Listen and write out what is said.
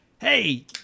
Hey